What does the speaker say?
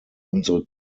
unsere